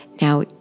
Now